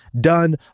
done